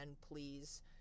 please